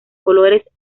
colores